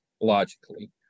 logically